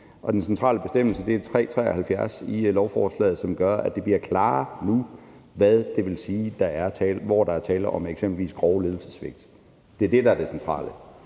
den centrale bestemmelse er § 373 i lovforslaget, som gør, at det nu bliver klarere, hvor der f.eks. er tale om grove ledelsessvigt. Det er det, der er det centrale,